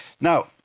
Now